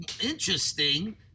interesting